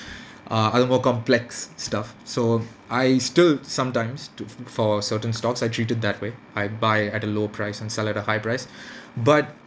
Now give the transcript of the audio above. uh other more complex stuff so I still sometimes too f~ for certain stocks I treat it that way I buy at a low price and sell at a high price but